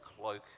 cloak